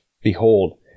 Behold